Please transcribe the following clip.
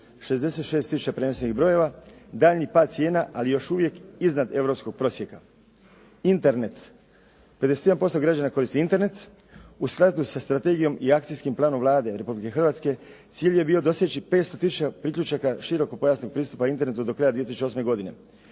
tisuća prenesenih brojeva. Daljnji pad cijena, ali još uvijek iznad europskog prosjeka. Internet. 51% građana koristi internet. U skladu sa strategijom i akcijskom planom Vlade Republike Hrvatske, cilj ne bio doseći 500 tisuća priključaka širokopojasnih pristupa internetu do kraja 2008. godine.